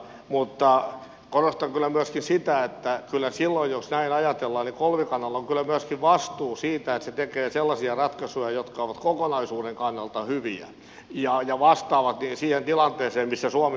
korostan kyllä myöskin sitä että kyllä silloin jos näin ajatellaan kolmikannalla on myöskin vastuu siitä että se tekee sellaisia ratkaisuja jotka ovat kokonaisuuden kannalta hyviä ja vastaa siihen tilanteeseen missä suomi milloinkin on